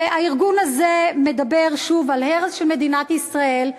הארגון הזה מדבר שוב על הרס של מדינת ישראל,